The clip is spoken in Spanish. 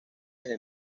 desde